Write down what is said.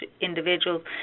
individuals